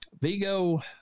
Vigo